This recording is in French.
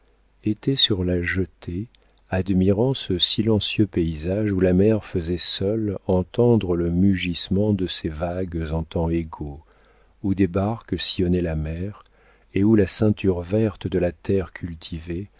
étaient sur la jetée admirant ce silencieux paysage où la mer faisait seule entendre le mugissement de ses vagues en temps égaux où des barques sillonnaient la mer et où la ceinture verte de la terre